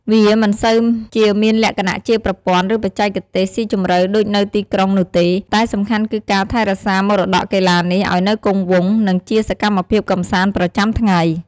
វាមិនសូវជាមានលក្ខណៈជាប្រព័ន្ធ ឬបច្ចេកទេសស៊ីជម្រៅដូចនៅទីក្រុងនោះទេ តែសំខាន់គឺការថែរក្សាមរតកកីឡានេះឲ្យនៅគង់វង្ស និងជាសកម្មភាពកម្សាន្តប្រចាំថ្ងៃ។